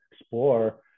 explore